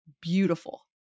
beautiful